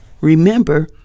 Remember